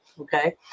okay